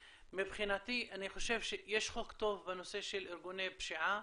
מבחינתי אני חושב שיש חוק טוב בנושא של ארגוני פשיעה,